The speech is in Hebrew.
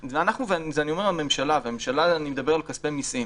ואנחנו, את הממשלה ואני מדבר על כספי מיסים